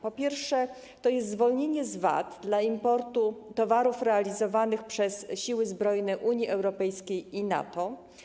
Po pierwsze, jest to zwolnienie z VAT w przypadku importu towarów realizowanych przez siły zbrojne Unii Europejskiej i NATO.